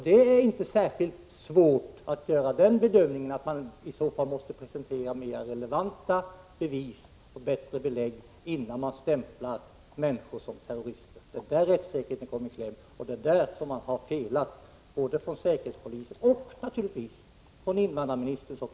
Det är inte svårt att göra bedömningen att det måste presenteras mer relevanta bevis, innan man stämplar människor som terrorister. Där kommer rättssäkerheten i kläm, och där har både säkerhetspolisen och invandrarministern felat.